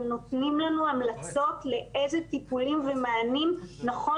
גם נותנים לנו המלצות אילו טיפולים ומענים נכון